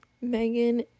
Megan